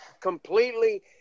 completely